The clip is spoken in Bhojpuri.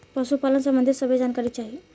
पशुपालन सबंधी सभे जानकारी चाही?